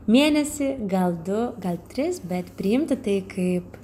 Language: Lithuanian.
mėnesį gal du gal tris bet priimti tai kaip